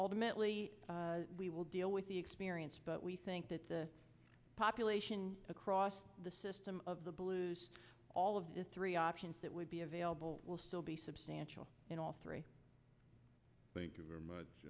ultimately we will deal with the experience but we think that the population across the system of the blues all of the three options that would be available will still be substantial in all three thank you very much